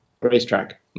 racetrack